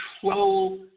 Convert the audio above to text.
control